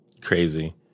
Crazy